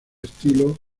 estilo